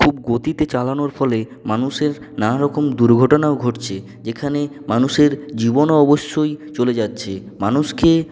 খুব গতিতে চালানোর ফলে মানুষের নানারকম দুর্ঘটনাও ঘটছে যেখানে মানুষের জীবনও অবশ্যই চলে যাচ্ছে মানুষকে